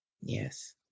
Yes